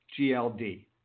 GLD